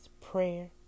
prayer